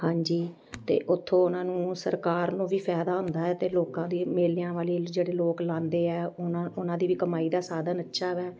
ਹਾਂਜੀ ਅਤੇ ਉੱਥੋਂ ਉਹਨਾਂ ਨੂੰ ਸਰਕਾਰ ਨੂੰ ਵੀ ਫਾਇਦਾ ਹੁੰਦਾ ਹੈ ਅਤੇ ਲੋਕਾਂ ਦੀ ਮੇਲਿਆਂ ਵਾਲੀ ਜਿਹੜੇ ਲੋਕ ਲਾਂਦੇ ਹੈ ਉਹਨਾਂ ਉਹਨਾਂ ਦੀ ਵੀ ਕਮਾਈ ਦਾ ਸਾਧਨ ਅੱਛਾ ਵੈ